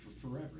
forever